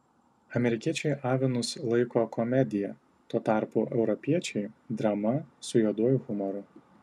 amerikiečiai avinus laiko komedija tuo tarpu europiečiai drama su juoduoju humoru